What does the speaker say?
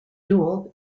dual